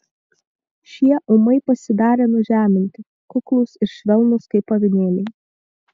šie ūmai pasidarė nužeminti kuklūs ir švelnūs kaip avinėliai